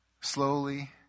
slowly